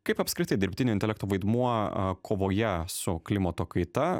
kaip apskritai dirbtinio intelekto vaidmuo a kovoje su klimato kaita